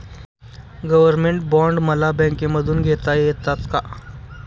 Government bond मला बँकेमधून घेता येतात का?